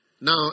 Now